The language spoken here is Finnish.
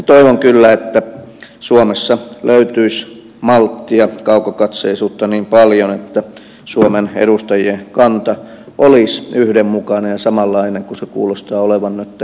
toivon kyllä että suomessa löytyisi malttia kaukokatseisuutta niin paljon että suomen edustajien kanta olisi yhdenmukainen ja samanlainen kuin se kuulostaa olevan nytten presidentti niinistöllä